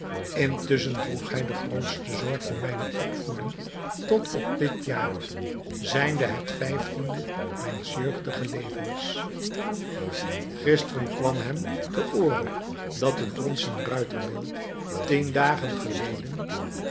intusschen droeg hij de grootste zorg voor mijne opvoeding tot op dit jaar zijnde het vijftiende mijns jeugdigen levens gisteren kwam het hem ter oore dat het bronzen ruiterbeeld tien dagen geleden